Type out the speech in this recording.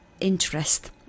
interest